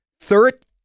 Third